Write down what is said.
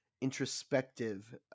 introspective